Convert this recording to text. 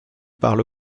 parle